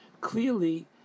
Clearly